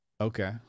Okay